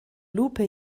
lupe